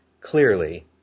clearly